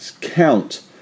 count